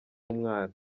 umwana